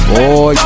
Boy